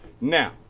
Now